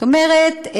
זאת אומרת,